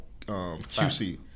QC